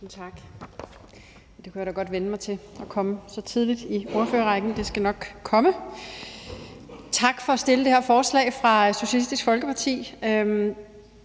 tak. Jeg kunne da godt vænne mig til at komme så tidligt i ordførerrækken; det skal nok komme. Tak til Socialistisk Folkeparti